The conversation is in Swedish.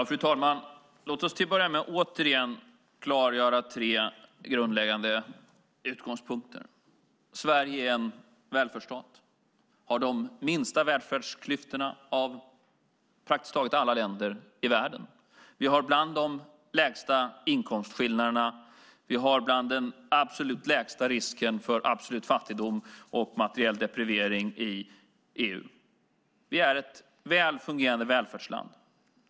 Fru talman! Låt oss till att börja med återigen klargöra tre grundläggande utgångspunkter. Sverige är en välfärdsstat. Vi har de minsta välfärdsklyftorna av praktiskt taget alla länder i världen. Vi har bland de lägsta inkomstskillnaderna. Vi har bland de lägsta riskerna för absolut fattigdom och materiell deprevering i EU. Vi är ett väl fungerande välfärdsland.